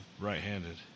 right-handed